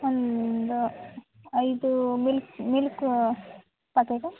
ಒಂದು ಐದು milk milk packet